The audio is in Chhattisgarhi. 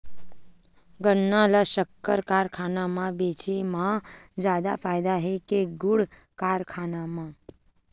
गन्ना ल शक्कर कारखाना म बेचे म जादा फ़ायदा हे के गुण कारखाना म?